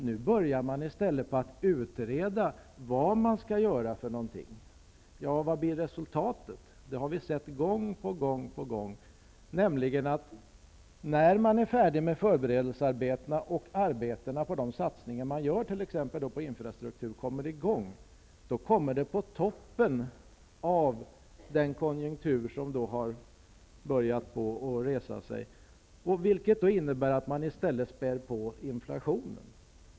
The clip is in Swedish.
Nu börjar man i stället utreda vad man skall göra för något. Vad blir då resultatet? Ja, det har vi sett gång på gång. När man är färdig med förberedelsearbetet och arbetet med de satsningar som skall göras på t.ex. infrastrukturen kommer i gång, har konjunkturen börjat vända uppåt. Det innebär att man i stället spär på inflationen.